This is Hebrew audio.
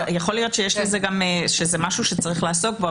יכול להיות שזה גם משהו שצריך לעסוק בו,